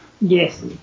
Yes